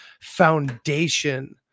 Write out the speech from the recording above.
foundation